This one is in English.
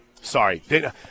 Sorry